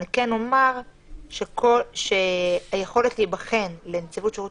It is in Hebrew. אני כן אומר שהיכולת להיבחן לנציבות שירות